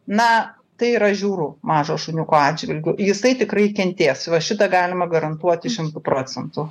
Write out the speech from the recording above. na tai yra žiauru mažo šuniuko atžvilgiu jisai tikrai kentės va šitą galima garantuoti šimtu procentų